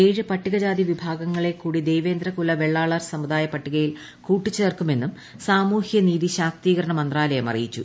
ഏഴ് പട്ടികജാതി വിഭാഗങ്ങളെ കൂടി ദേവേന്ദ്ര കുല വെളളാളർ സമുദായ പട്ടികയിൽ കൂട്ടിച്ചേർക്കുമെന്നും സാമൂഹ്യ നീതി ശാക്തീകരണ മന്ത്രാലയം അറിയിച്ചു